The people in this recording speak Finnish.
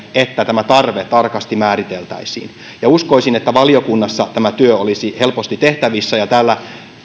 että tämä tarve tarkasti määriteltäisiin uskoisin että valiokunnassa tämä työ olisi helposti tehtävissä ja